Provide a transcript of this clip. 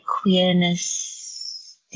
queerness